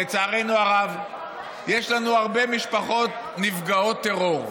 לצערנו הרב יש לנו הרבה משפחות נפגעות טרור.